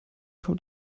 kommt